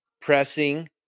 pressing